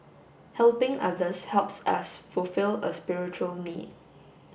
helping others helps us fulfil a spiritual need